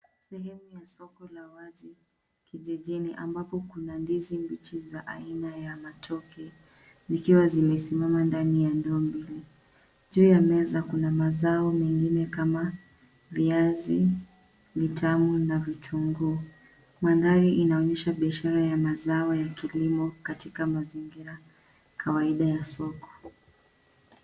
Sehemu ya soko ya watu kijijini ambapo kuna ndizi mbichi za aina ya matoke zikiwa zimesimama ndani ya ndoo mbili. Juu ya meza kuna mazao mengine kama viazi vitamu na vitunguu. Madhari inaonyesha biashara ya mazao ya kilimo katika mazingira kawaida ya soko.